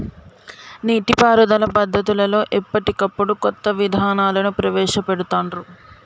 నీటి పారుదల పద్దతులలో ఎప్పటికప్పుడు కొత్త విధానాలను ప్రవేశ పెడుతాన్రు